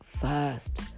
first